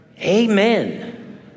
Amen